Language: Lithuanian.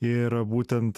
ir būtent